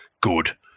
good